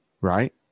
right